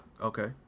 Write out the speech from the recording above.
Okay